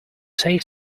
say